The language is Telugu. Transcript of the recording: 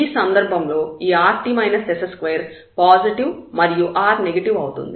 ఈ సందర్భంలో ఈ rt s2 పాజిటివ్ మరియు r నెగటివ్ అవుతుంది